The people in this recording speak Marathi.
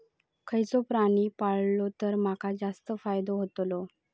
खयचो प्राणी पाळलो तर माका जास्त फायदो होतोलो?